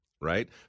right